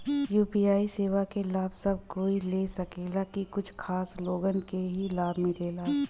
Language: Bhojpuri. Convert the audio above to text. यू.पी.आई सेवा क लाभ सब कोई ले सकेला की कुछ खास लोगन के ई लाभ मिलेला?